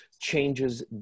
changes